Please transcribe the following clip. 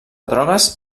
drogues